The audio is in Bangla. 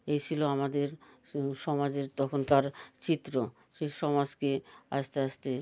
এই ছিল আমাদের সমাজের তখনকার চিত্র সেই সমাজকে আস্তে আস্তে